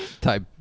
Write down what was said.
type